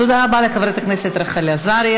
תודה רבה לחברת הכנסת רחל עזריה.